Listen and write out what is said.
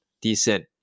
decent